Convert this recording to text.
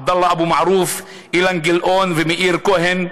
עבדאללה אבו מערוף, אילן גילאון ומאיר כהן,